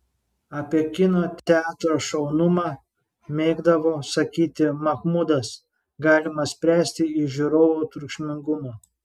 apie kino teatro šaunumą mėgdavo sakyti mahmudas galima spręsti iš žiūrovų triukšmingumo